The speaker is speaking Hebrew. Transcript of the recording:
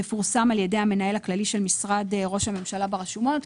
תפורסם על ידי המנהל הכללי של משרד ראש הממשלה ברשומות,